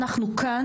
שאנחנו כאן,